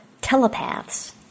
telepaths